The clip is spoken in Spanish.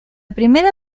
primera